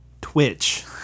Twitch